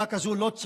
ביטחון לאומי,